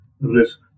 risk